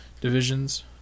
divisions